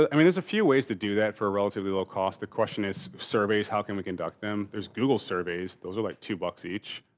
i mean there's a few ways to do that for a relatively low cost. the question is surveys, how can we conduct them? there's google surveys. those are like two bucks each,